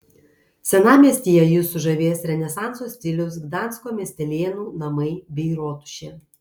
senamiestyje jus sužavės renesanso stiliaus gdansko miestelėnų namai bei rotušė